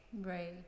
Right